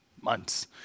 months